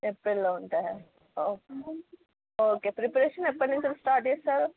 ఏప్రిల్లో ఉంటాయా okay preparations ఎప్పటి నుంచి స్టార్ట్ చేస్తారు